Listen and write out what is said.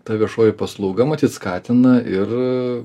ta viešoji paslauga matyt skatina ir